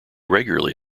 regularly